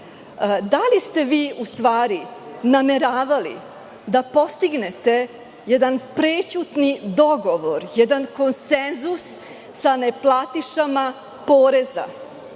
Da li ste vi u stvari nameravali da postignete jedan prećutni dogovor, jedan konsenzus sa neplatišama poreza?